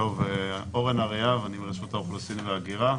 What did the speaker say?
אני מרשות האוכלוסין וההגירה.